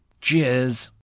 cheers